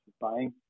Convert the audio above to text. buying